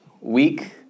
week